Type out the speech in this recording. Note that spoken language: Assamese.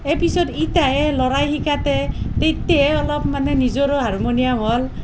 এই পিছত এতিয়াহে ল'ৰাই শিকাতহে তেতিয়াহে অলপ মানে নিজৰো আৰু হাৰমনিয়াম হ'ল